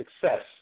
success